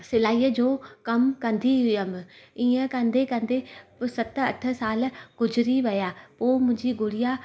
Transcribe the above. सिलाईअ जो कमु कंदी हुअमि ईअं कंदे कंदे सत अठ साल गुज़री विया पोइ मुंहिंजी गुड़िया